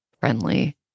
friendly